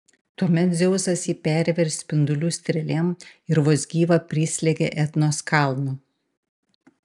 tuomet dzeusas jį pervėrė spindulių strėlėm ir vos gyvą prislėgė etnos kalnu